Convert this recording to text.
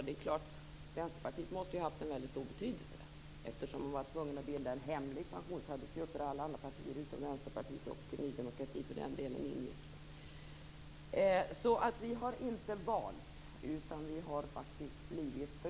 Det är klart att Vänsterpartiet måste ha haft en väldigt stor betydelse eftersom man var tvungen att bilda en hemlig pensionsarbetsgrupp där alla partier utom Vänsterpartiet - och Ny demokrati för den delen - ingick. Vi har alltså inte valt.